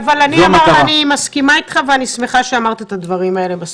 אני מסכימה איתך ואני שמחה שאמרת את הדברים האלה בסוף.